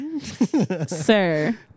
sir